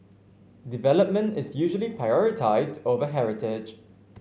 development is usually prioritised over heritage